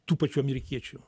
tų pačių amerikiečių